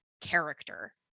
character